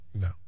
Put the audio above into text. No